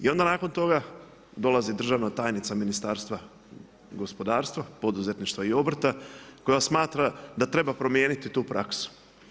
I onda nakon toga dolazi državna tajnica Ministarstva gospodarstva, poduzetništva i obrta, koja smatra da treba promijeniti tu praksu.